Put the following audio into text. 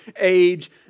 age